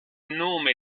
nome